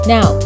Now